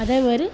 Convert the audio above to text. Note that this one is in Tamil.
அதேமாதிரி